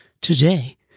Today